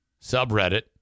subreddit